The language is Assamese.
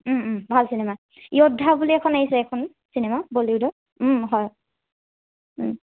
ভাল চিনেমা যোদ্ধা বুলি এখন আহিছে এইখন চিনেমা বলীউডৰ হয়